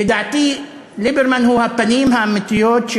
לדעתי ליברמן הוא הפנים האמיתיות של